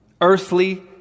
earthly